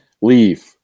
leave